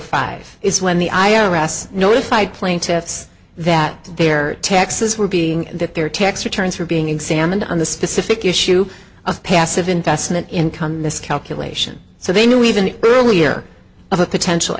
five is when the i r s notified plaintiffs that their taxes were being that their tax returns were being examined on the specific issue of passive investment income miscalculation so they knew even the earlier of a potential